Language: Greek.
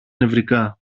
νευρικά